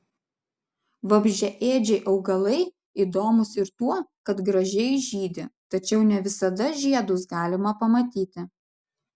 vabzdžiaėdžiai augalai įdomūs ir tuo kad gražiai žydi tačiau ne visada žiedus galima pamatyti